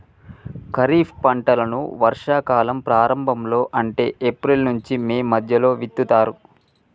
ఖరీఫ్ పంటలను వర్షా కాలం ప్రారంభం లో అంటే ఏప్రిల్ నుంచి మే మధ్యలో విత్తుతరు